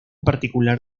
particular